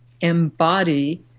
embody